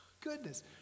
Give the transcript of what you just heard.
Goodness